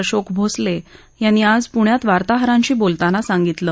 अशोक भोसले यांनी आज पुण्यात वार्ताहरांशी बोलतांना सांगितलं